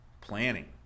planning